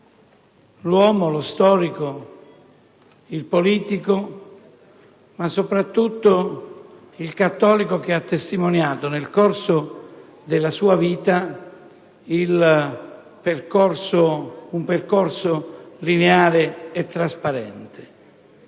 l'uomo, lo storico, il politico ma soprattutto il cattolico che ha testimoniato, nel corso della sua vita, un percorso lineare e trasparente.